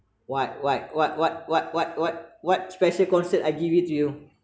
what what what what what what what what special concert I give it to you